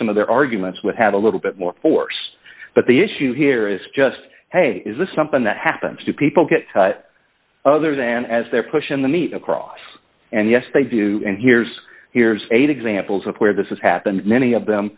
some of their arguments would have a little bit more force but the issue here is just hey is this something that happens to people get other than as they're pushing the meat across and yes they do and here's here's eight examples of where this is happened many of them